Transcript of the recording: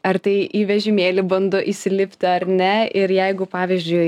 ar tai į vežimėlį bando įsilipti ar ne ir jeigu pavyzdžiui